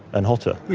and hotter.